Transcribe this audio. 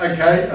Okay